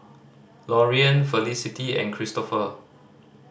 Loriann Felicity and Cristopher